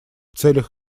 целях